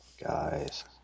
Guys